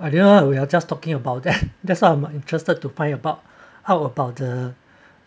I did know we're just talking about that that's what I'm interested to find about how about the